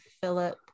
Philip